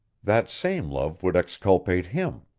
that same love would exculpate him.